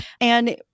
And-